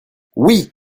oui